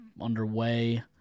underway